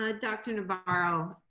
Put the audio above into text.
ah dr. navarro,